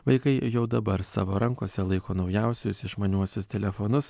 vaikai jau dabar savo rankose laiko naujausius išmaniuosius telefonus